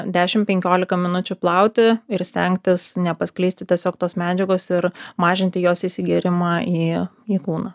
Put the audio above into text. dešim penkiolika minučių plauti ir stengtis nepaskleisti tiesiog tos medžiagos ir mažinti jos įsigėrimą į į kūną